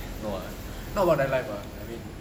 no ah not about their life or I mean